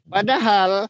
Padahal